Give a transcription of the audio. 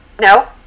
no